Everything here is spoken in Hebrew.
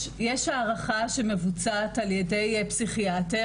יש הערכה שמבוצעת על-ידי פסיכיאטר,